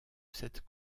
cette